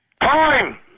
Time